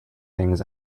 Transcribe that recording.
things